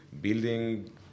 building